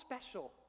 special